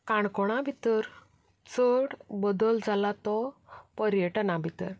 काणकोणा भितर चड बदल जाला तो पर्यटना भितर